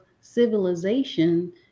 civilization